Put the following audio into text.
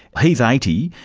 he's eighty,